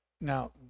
now